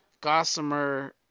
Gossamer